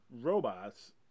robots